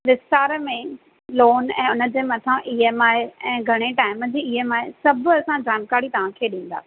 विस्तार में लोन ऐं हुनजे मथां ई एम आई ऐं घणे टाइम जी ई एम आई सभु असां जानकारी तव्हांखे ॾींदा